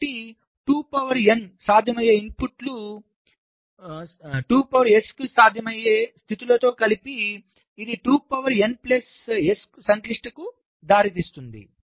కాబట్టిసాధ్యమయ్యే ఇన్పుట్లుసాధ్యమయ్యే స్థితులతో కలిపి ఇది సంక్లిష్టతకు దారితీస్తుంది